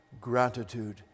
gratitude